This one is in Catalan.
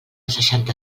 seixanta